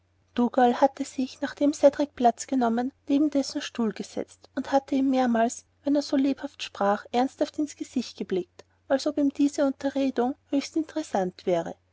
dougal hatte sich nachdem cedrik platz genommen neben dessen stuhl gesetzt und hatte ihm mehrmals wenn er so lebhaft sprach ernsthaft ins gesicht geblickt als ob ihm diese unterredung höchst interessant wäre